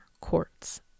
quartz